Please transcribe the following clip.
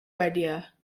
idea